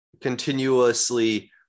continuously